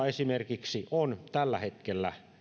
esimerkiksi euroalueella on tällä hetkellä